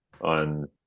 on